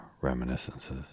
reminiscences